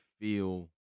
feel